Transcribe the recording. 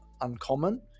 uncommon